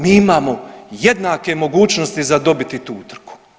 Mi imamo jednake mogućnosti za dobiti tu utrku.